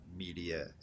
Media